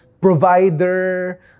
provider